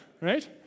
right